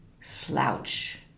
slouch